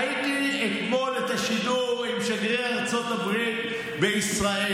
אתמול ראיתי את השידור עם שגריר ארצות הברית בישראל,